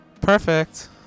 Perfect